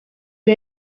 ubu